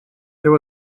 there